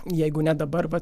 jeigu ne dabar va